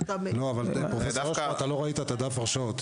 אתה לא ראית את דף ההרשאות.